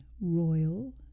royal